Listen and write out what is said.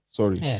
sorry